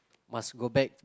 must go back